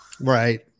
Right